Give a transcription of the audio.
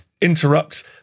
interrupt